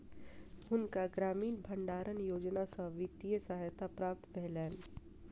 हुनका ग्रामीण भण्डारण योजना सॅ वित्तीय सहायता प्राप्त भेलैन